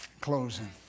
closing